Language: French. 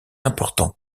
important